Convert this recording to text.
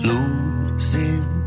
Losing